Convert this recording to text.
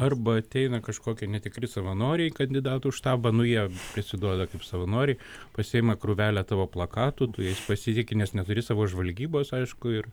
arba ateina kažkokie netikri savanoriai į kandidatų štabą nu jie prisiduoda kaip savanoriai pasiima krūvelę tavo plakatų tu jais pasitiki nes neturi savo žvalgybos aišku ir